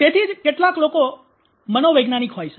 તેથી જ કેટલાક લોકો મનોવૈજ્ઞાનિક હોય છે